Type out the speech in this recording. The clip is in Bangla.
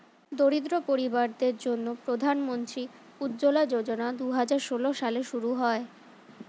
দরিদ্র পরিবারদের জন্যে প্রধান মন্ত্রী উজ্জলা যোজনা দুহাজার ষোল সালে শুরু হয়